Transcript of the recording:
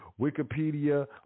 Wikipedia